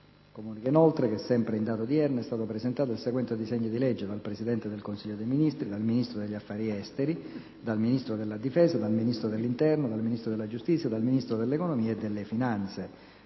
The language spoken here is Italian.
Comunico inoltre che, in data odierna, è stato presentato il seguente disegno di legge: *dal Presidente del Consiglio dei ministri, dal Ministro degli affari esteri, dal Ministro della difesa, dal Ministro dell'interno, dal Ministro della giustizia e dal Ministro dell'economia e delle finanze:*